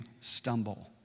stumble